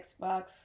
xbox